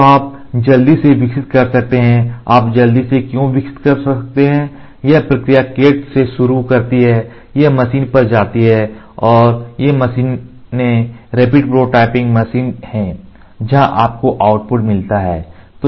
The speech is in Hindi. तो आप जल्दी से विकसित कर सकते हैं आप जल्दी से क्यों विकसित कर सकते हैं यह प्रक्रिया CAD से शुरू करती है यह मशीन पर जाती है और ये मशीनें रैपिड प्रोटोटाइपिंग मशीन हैं जहां आपको आउटपुट मिलता है